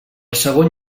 segon